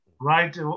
right